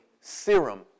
serum